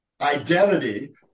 identity